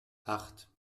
acht